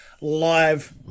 live